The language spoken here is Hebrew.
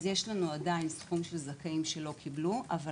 אז עדיין יש לנו סכום של זכאים שלא קיבלו אבל